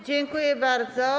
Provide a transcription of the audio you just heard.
Dziękuję bardzo.